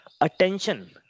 Attention